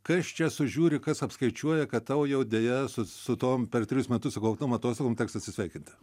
kas čia sužiūri kas apskaičiuoja kad tau jau deja su su tom per trejus metus sukauptom atostogom teks atsisveikinti